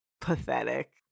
pathetic